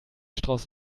strauß